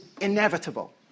inevitable